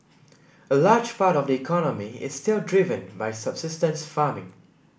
a large part of the economy is still driven by subsistence farming